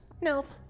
Nope